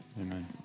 Amen